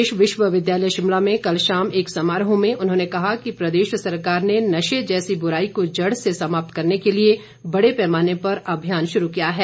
प्रदेश विश्वविद्यालय शिमला में कल शाम एक समारोह में उन्होंने कहा कि प्रदेश सरकार ने नशे जैसी बुराई को जड़ से समाप्त करने के लिए बड़े पैमाने पर अभियान शुरू किया है